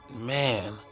man